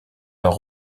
leur